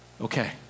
okay